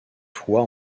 toit